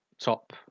top